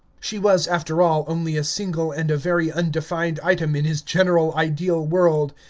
she was, after all, only a single and a very undefined item in his general ideal world,